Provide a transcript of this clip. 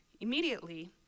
Immediately